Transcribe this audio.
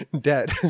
debt